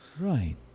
Right